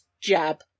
jab